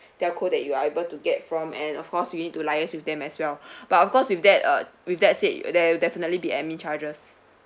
telco that you are able to get from and of course we need to liaise with them as well but of course with that uh with that said there there'll definitely be admin charges